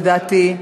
לדעתי,